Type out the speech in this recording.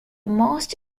most